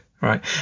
right